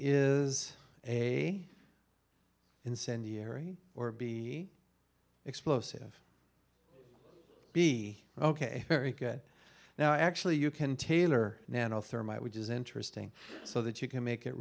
is a incendiary or be explosive be ok very good now actually you can tailor nano thermite which is interesting so that you can make it